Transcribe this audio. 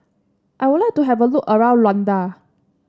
I would like to have a look around Luanda